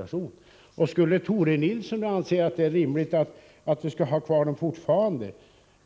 Anser Tore Nilsson ändå att det är rimligt att ha kvar järnvägslinjerna